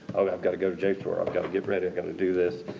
oh i've got to go to jstor. i've got to get ready. i've got to do this,